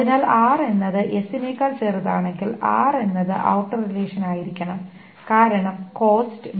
അതിനാൽ r എന്നത് s നേക്കാൾ ചെറുതാണെങ്കിൽ r എന്നത് ഔട്ടർ റിലേഷൻ ആയിരിക്കണം കാരണം കോസ്റ്റ് ആണ്